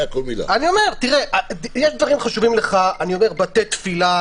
יש דברים חשובים לך בתי תפילה.